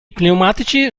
pneumatici